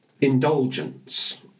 indulgence